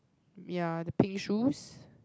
ya the pink shoes